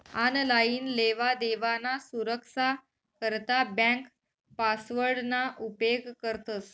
online लेवादेवाना सुरक्सा करता ब्यांक पासवर्डना उपेग करतंस